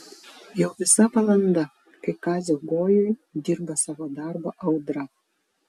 jau visa valanda kai kazio gojuj dirba savo darbą audra